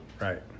Right